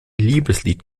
liebeslied